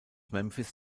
memphis